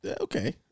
Okay